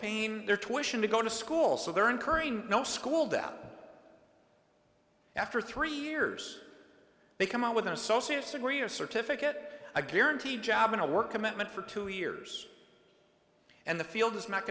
paying their twitching to go to school so they're incurring no school that after three years they come out with an associate's degree or certificate a guaranteed job in a work commitment for two years and the field is m